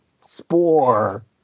Spore